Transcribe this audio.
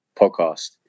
podcast